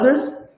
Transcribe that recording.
others